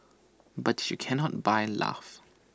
but you cannot buy love